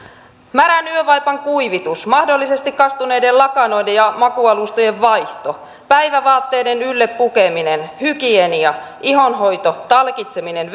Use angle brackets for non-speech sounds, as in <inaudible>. märän yövaipan kuivitus mahdollisesti kastuneiden lakanoiden ja makuualustojen vaihto päivävaatteiden ylle pukeminen hygienia ihonhoito talkitseminen <unintelligible>